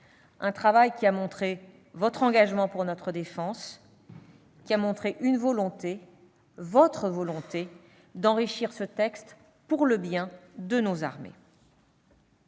un travail qui a montré votre engagement pour notre défense, qui a montré une volonté, votre volonté d'enrichir ce texte pour le bien de nos armées.